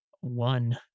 one